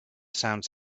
sounds